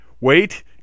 wait